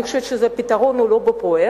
אני חושבת שהפתרון הוא לא בפרויקט.